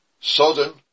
sudden